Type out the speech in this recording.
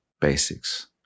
basics